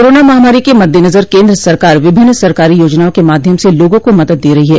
corona महामारी के मद्देनजर केन्द्रा सरकार विभिन्न सरकारी योजनाओं के माध्यम से लोगों को मदद दे रही है